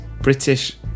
British